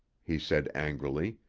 he said angrily.